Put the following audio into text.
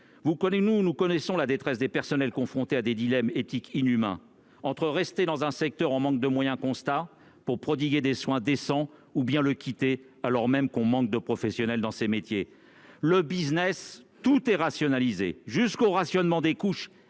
Nous connaissons la détresse des personnels, confrontés à des dilemmes éthiques inhumains : rester dans un secteur en manque de moyens constants pour prodiguer des soins décents ; ou bien le quitter alors même qu'il y a un manque de professionnels dans ces métiers. C'est le business : tout est rationalisé, jusqu'au rationnement des couches